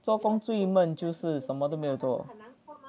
做工最闷就是什么都没有做